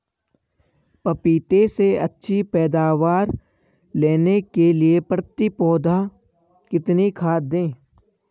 पपीते से अच्छी पैदावार लेने के लिए प्रति पौधा कितनी खाद दें?